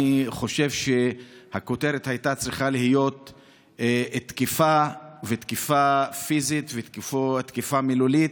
אני חושב שהכותרת הייתה צריכה להיות תקיפה ותקיפה פיזית ותקיפה מילולית,